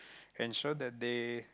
ensure that they